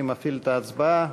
אני מפעיל את ההצבעה.